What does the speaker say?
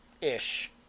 Ish